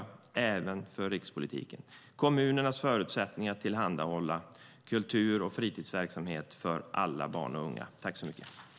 Kommunernas förutsättningar att tillhandahålla kultur och fritidsverksamhet för alla barn och unga är en stor fråga även för rikspolitiken.